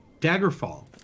Daggerfall